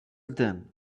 then